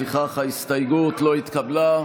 ההסתייגות לא התקבלה.